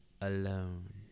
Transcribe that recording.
alone